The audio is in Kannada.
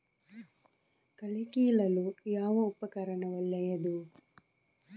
ಕಳೆ ಕೀಳಲು ಯಾವ ಉಪಕರಣ ಒಳ್ಳೆಯದು?